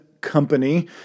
Company